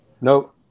No